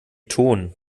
ton